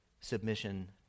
submission